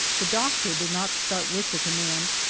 the doctor did not start with the command,